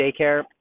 daycare